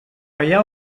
allà